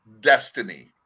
destiny